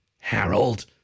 Harold